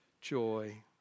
joy